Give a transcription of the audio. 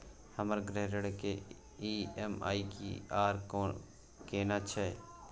हमर गृह ऋण के ई.एम.आई की आर केना छै?